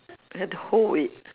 have to hold it